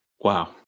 Wow